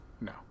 No